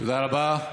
תודה רבה.